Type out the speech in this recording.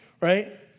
right